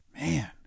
Man